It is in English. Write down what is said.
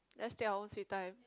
let's take our sweet time